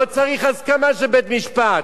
לא צריך הסכמה של בית-משפט.